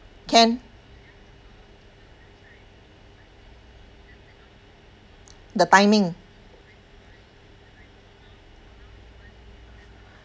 can the timing